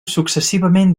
successivament